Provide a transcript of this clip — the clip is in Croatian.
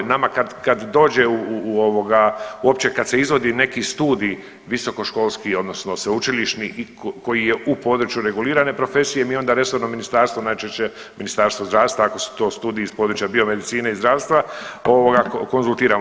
Nama kad dođe uopće kad se izvodi neki studij visokoškolski, odnosno sveučilišni i koji je u području regulirane profesije mi onda resorno ministarstvo najčešće Ministarstvo zdravstva ako su to studiji iz područja biomedicine, iz zdravstva konzultiramo.